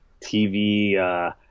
TV